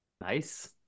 Nice